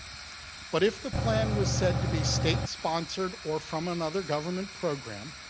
but if the plan was said to be state-sponsored or from another government program,